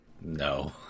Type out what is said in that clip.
No